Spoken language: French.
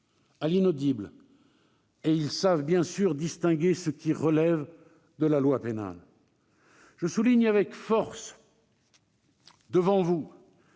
à l'inaudible, et ils savent distinguer ce qui relève de la loi pénale. Je souligne avec force devant vous